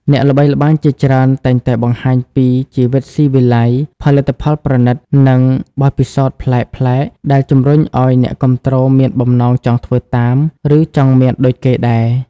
អ្នកល្បីល្បាញជាច្រើនតែងតែបង្ហាញពីជីវិតស៊ីវិល័យ ផលិតផលប្រណីត និងបទពិសោធន៍ប្លែកៗ ដែលជំរុញឱ្យអ្នកគាំទ្រមានបំណងចង់ធ្វើតាម ឬចង់មានដូចគេដែរ។